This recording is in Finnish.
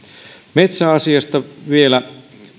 metsäasiasta vielä